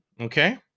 Okay